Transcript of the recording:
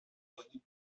بادبانی